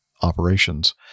operations